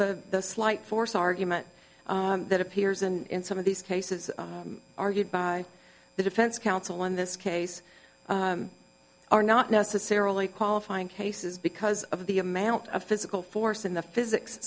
example the slight force argument that appears in some of these cases argued by the defense counsel in this case are not necessarily qualifying cases because of the amount of physical force in the physics